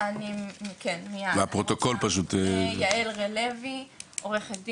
אני יעל לוי, עורכת דין,